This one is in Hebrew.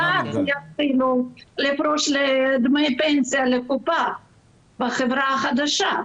להפריש לדמי פנסיה, בחברה החדשה.